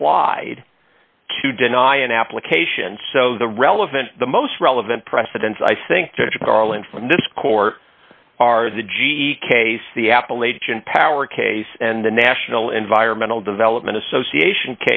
applied to deny an application so the relevant the most relevant precedents i think that are garland from this court are the g e case the appalachian power case and the national environmental development association